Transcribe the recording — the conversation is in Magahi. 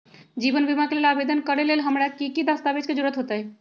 जीवन बीमा के लेल आवेदन करे लेल हमरा की की दस्तावेज के जरूरत होतई?